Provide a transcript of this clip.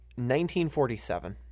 1947